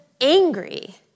angry